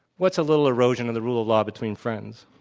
what's a little erosion of the rule of law between friends.